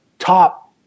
Top